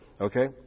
Okay